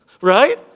right